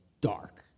dark